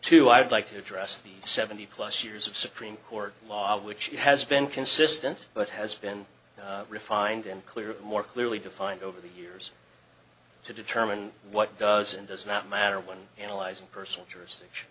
to i'd like to address the seventy plus years of supreme court law which has been consistent but has been refined and clear more clearly defined over the years to determine what does and does not matter when analyzing personal jurisdiction